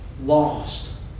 lost